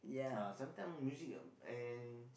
uh sometime music and